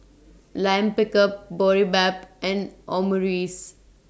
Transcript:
Lime Pickle Boribap and Omurice